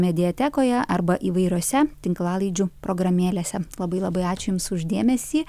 mediatekoje arba įvairiose tinklalaidžių programėlėse labai labai ačiū jums už dėmesį